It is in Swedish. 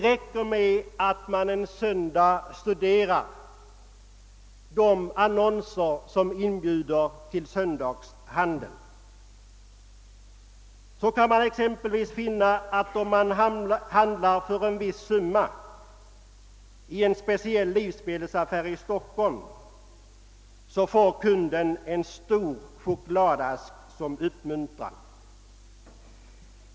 Om man studerar de annonser som inbjuder till söndagshandel, kan man finna exempelvis att den som handlar för en viss summa i en speciell livsmedelsaffär i Stockholm får en stor chokladask som uppmuntran.